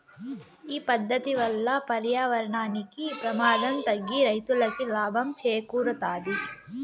ఈ పద్దతి వల్ల పర్యావరణానికి ప్రమాదం తగ్గి రైతులకి లాభం చేకూరుతాది